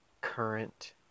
current